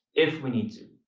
if we need to.